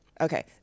Okay